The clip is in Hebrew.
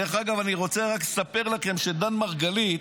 דרך אגב, אני רוצה לספר לכם שדן מרגלית,